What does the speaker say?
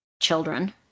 children